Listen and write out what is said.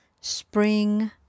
spring